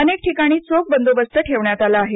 अनेक ठिकाणी चोख बंदोबस्त ठेवण्यात आला आहे